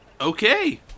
okay